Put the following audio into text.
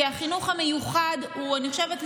כי אני חושבת שהחינוך המיוחד הוא התקציב